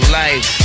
life